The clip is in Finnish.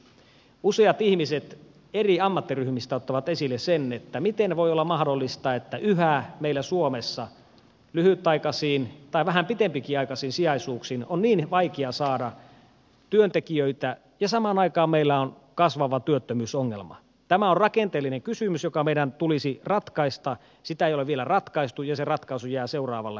useat ihmiset eri ammattiryhmistä ottavat esille sen että miten voi olla mahdollista että yhä meillä suomessa lyhytaikaisiin tai vähän pitempiciakasisijaisuuksiin on niin vaikea saada työntekijöitä ja samaan aikaan meillä on kasvava työttömyysongelma tämä on rakenteellinen kysymys joka meidän tulisi ratkaista sitä ei ole vielä ratkaistu ja se ratkaisu jää seuraavalle